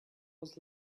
was